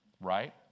right